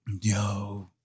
Yo